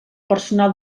personal